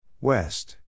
West